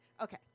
Okay